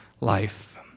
life